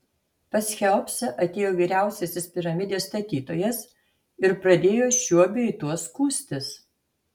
pas cheopsą atėjo vyriausiasis piramidės statytojas ir pradėjo šiuo bei tuo skųstis